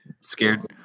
Scared